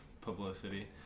publicity